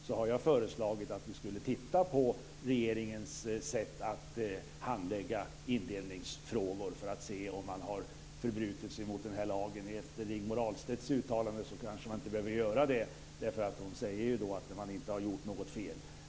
Jag har då föreslagit att vi skulle titta på regeringens sätt att handlägga indelningsfrågor, för att se om regeringen har förbrutit sig mot lagen. Efter Rigmor Stenmarks uttalande kanske man inte behöver göra det. Hon säger att regeringen inte har gjort något fel.